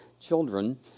children